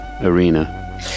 arena